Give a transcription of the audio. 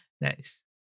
Nice